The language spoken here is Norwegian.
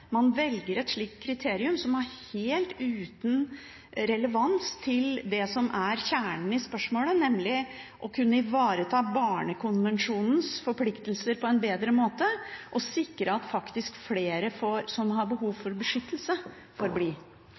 man velger et slikt kriterium som er helt uten relevans til det som er kjernen i spørsmålet, nemlig å kunne ivareta Barnekonvensjonens forpliktelser på en bedre måte, og sikre at flere som har behov for beskyttelse,